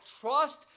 Trust